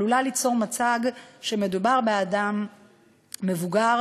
עלול ליצור מצג שמדובר באדם מבוגר